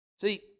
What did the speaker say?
See